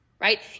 right